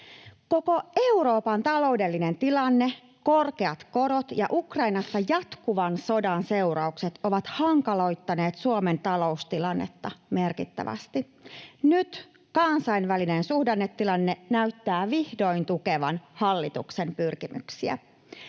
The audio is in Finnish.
Koko Euroopan taloudellinen tilanne, korkeat korot ja Ukrainassa jatkuvan sodan seuraukset ovat hankaloittaneet Suomen taloustilannetta merkittävästi. Nyt kansainvälinen suhdannetilanne näyttää vihdoin tukevan hallituksen pyrkimyksiä.